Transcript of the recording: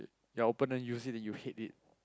ya opponent you said that you hate it